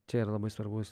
čia yra labai svarbus